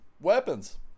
weapons